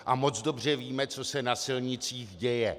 A moc dobře víme, co se na silnicích děje.